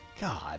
God